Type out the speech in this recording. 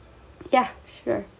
yeah sure